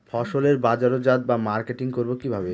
ফসলের বাজারজাত বা মার্কেটিং করব কিভাবে?